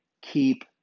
keep